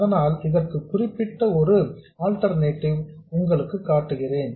அதனால் இதற்கு குறிப்பிட்ட ஒரு ஆல்டர்நேட்டிவ் உங்களுக்கு காட்டுகிறேன்